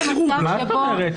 מה זאת אומרת,